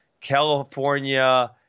California